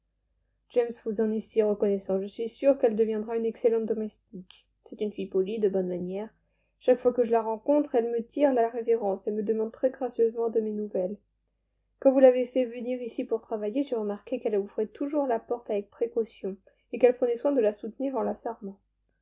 james vous en est si reconnaissant je suis sûr qu'elle deviendra une excellente domestique c'est une fille polie de bonnes manières chaque fois que je la rencontre elle me tire la révérence et me demande très gracieusement de mes nouvelles quand vous l'avez fait venir ici pour travailler j'ai remarqué qu'elle ouvrait toujours la porte avec précaution et qu'elle prenait soin de la soutenir en la fermant